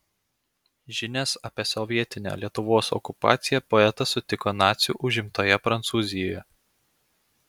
žinias apie sovietinę lietuvos okupaciją poetas sutiko nacių užimtoje prancūzijoje